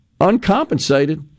uncompensated